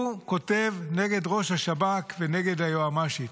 הוא כותב נגד ראש השב"כ ונגד היוע"משית.